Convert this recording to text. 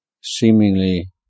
seemingly